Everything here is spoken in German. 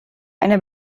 eine